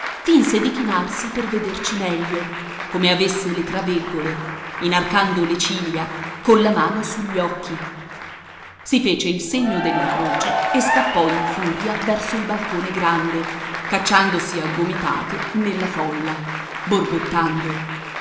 finse di chinarsi per vederci meglio come avesse le traveggole inarcando le ciglia colla mano sugli occhi si fece il segno della croce e scappò in furia verso il balcone grande cacciandosi a gomitate nella folla